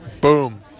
Boom